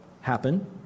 happen